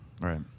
right